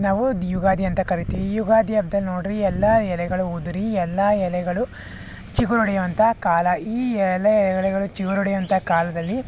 ನಾವು ಯುಗಾದಿ ಅಂತ ಕರಿತೀವಿ ಈ ಯುಗಾದಿ ಹಬ್ಬದಲ್ಲಿ ನೋಡಿರಿ ಎಲ್ಲ ಎಲೆಗಳು ಉದುರಿ ಎಲ್ಲ ಎಲೆಗಳು ಚಿಗುರೊಡೆಯುವಂಥ ಕಾಲ ಈ ಎಲೆ ಎಲೆಗಳು ಚಿಗುರೊಡೆಯುವಂಥ ಕಾಲದಲ್ಲಿ